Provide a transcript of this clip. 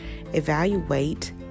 Evaluate